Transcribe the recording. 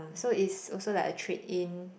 so is also like a trade in